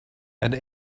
and